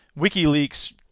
WikiLeaks